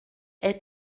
est